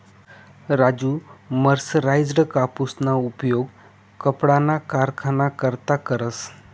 Raju mercerised कापूसना उपयोग कपडाना कारखाना करता करस